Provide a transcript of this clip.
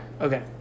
Okay